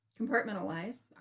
compartmentalize